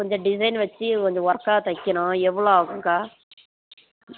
கொஞ்சம் டிசைன் வச்சு கொஞ்சம் ஒர்க்காக தைக்கணும் எவ்வளோ ஆகும்க்கா